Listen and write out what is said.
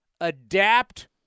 Adapt